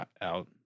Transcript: out